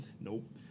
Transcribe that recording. Nope